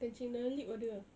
kencing dalam lift ada ah